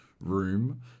room